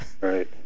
Right